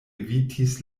evitis